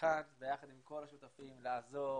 כאן ביחד עם כל השותפים לעזור,